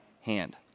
hand